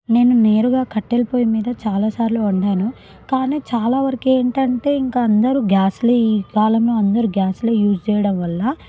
నేను నేరుగా కట్టెల పొయ్యి మీద చాలాసార్లు వండాను కానీ చాలా వరకు ఏంటంటే ఇంకా అందరూ గ్యాస్లే ఈ కాలంలో అందరు గ్యాస్లే యూజ్ చేయడం వల్ల